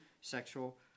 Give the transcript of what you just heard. sexual